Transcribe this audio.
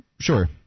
sure